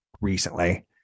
recently